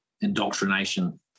indoctrination